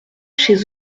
chez